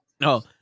No